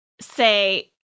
say